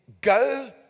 go